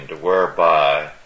whereby